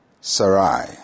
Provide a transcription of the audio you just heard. Sarai